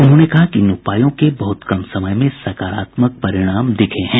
उन्होंने कहा कि इन उपायों के बहुत कम समय में सकारात्मक परिणाम दिखे हैं